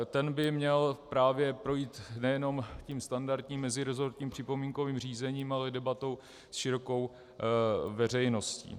Ten by měl právě projít nejenom standardním meziresortním připomínkovým řízením, ale i debatou s širokou veřejností.